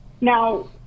now